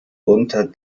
unter